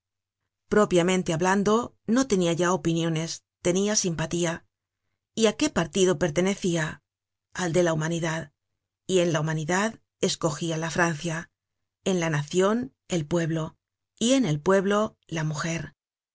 propiamente hablando no tenia ya opiniones tenia simpatía y á qué partido pertenecia al de la humanidad y en la humanidad escogia la francia en la nacion el pueblo y en el pueblo la mujer